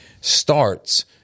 starts